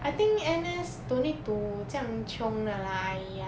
I think N_S don't need to 这样 chiong 的 lah !aiya!